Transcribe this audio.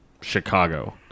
Chicago